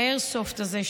האיירסופט הזה,